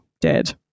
dead